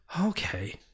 okay